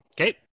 Okay